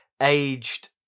aged